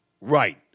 Right